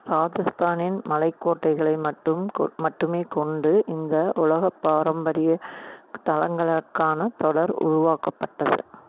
ராஜஸ்தானின் மலைக் கோட்டைகளை மட்டும் மட்டுமே கொண்டு இந்த உலகப் பாரம்பரிய தளங்களுக்கான தொடர் உருவாக்கப்பட்டது